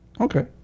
Okay